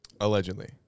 Allegedly